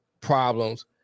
problems